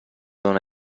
dona